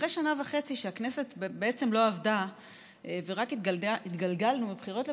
אחרי שנה וחצי שהכנסת בעצם לא עבדה ורק התגלגלנו מבחירות לבחירות,